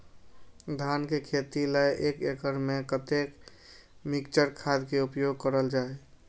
धान के खेती लय एक एकड़ में कते मिक्चर खाद के उपयोग करल जाय?